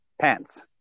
pants